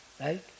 Right